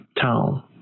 town